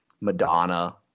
Madonna